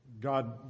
God